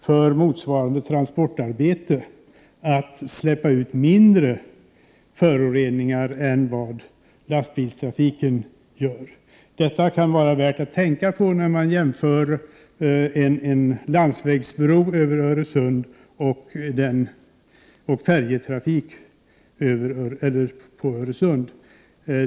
För motsvarande transportarbete kommer fartygen att förorena mindre än vad lastbilstrafiken gör. Det kan vara värt att tänka på detta när man jämför en landsvägsbro över Öresund med färjetrafiken över Öresund.